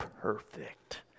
perfect